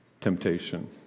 temptation